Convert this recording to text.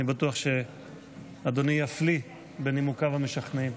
אני בטוח שאדוני יפליא בנימוקיו המשכנעים.